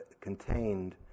contained